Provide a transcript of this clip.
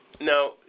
Now